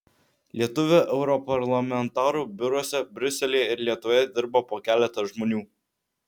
lietuvių europarlamentarų biuruose briuselyje ir lietuvoje dirba po keletą žmonių